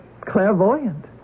clairvoyant